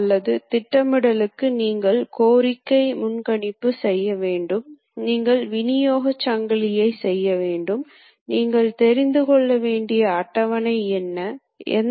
அல்லது நீங்கள் முன்பே சேமிக்கப்பட்ட நிரல்களை ஏற்றலாம் மேலும் இது மிக விரைவான செயல்பாடு